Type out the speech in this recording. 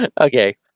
Okay